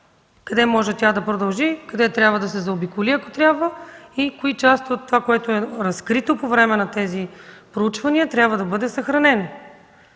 къде може тя да продължи, къде трябва да се заобиколи, ако трябва, и кои части от това, което е разкрито по време на тези проучвания, трябва да бъде съхранено.